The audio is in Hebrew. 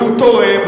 והוא תורם.